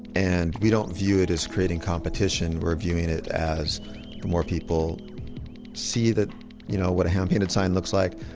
and we don't view it as creating competition. we're viewing it as the more people see that you know what a hand-painted sign looks like,